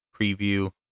preview